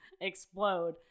explode